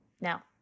Now